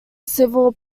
civil